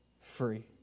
free